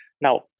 Now